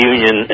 Union